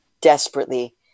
desperately